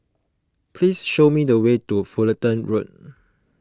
please show me the way to Fullerton Road